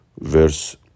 verse